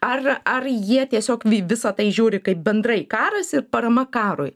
ar ar jie tiesiog į visa tai žiūri kaip bendrai karas ir parama karui